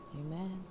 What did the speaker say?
Amen